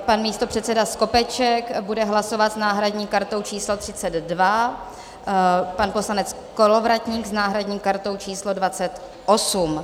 Pan místopředseda Skopeček bude hlasovat s náhradní kartou číslo 32, pan poslanec Kolovratník s náhradní kartou číslo 28.